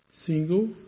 single